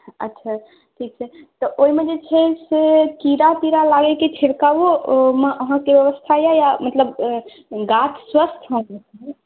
अच्छा ठीक छै तऽ ओहिमे जे छै से कीड़ा तीड़ा लागैके छिड़कावके सेहो अहाँके व्यवस्था यऽ मतलब गाछ स्वस्थ्य रहत ने